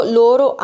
loro